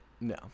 No